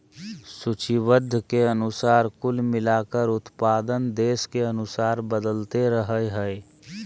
सूचीबद्ध के अनुसार कुल मिलाकर उत्पादन देश के अनुसार बदलते रहइ हइ